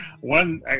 one